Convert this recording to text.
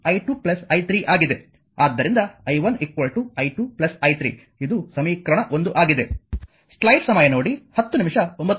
ಆದ್ದರಿಂದ i1 i2 i3 ಇದು ಸಮೀಕರಣ 1 ಆಗಿದೆ